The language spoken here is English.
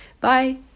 Bye